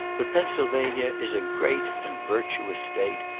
but pennsylvania is a great and virtuous state,